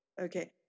okay